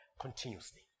continuously